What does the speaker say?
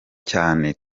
cyane